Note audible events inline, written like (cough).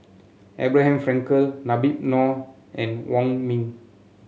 Abraham Frankel (unintelligible) Noh and Wong Ming